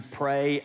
pray